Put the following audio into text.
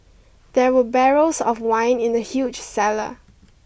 there were barrels of wine in the huge cellar